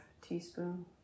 teaspoon